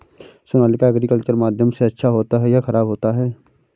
Sonalika agriculture माध्यम से अच्छा होता है या ख़राब होता है?